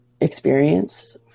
experience